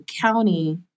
county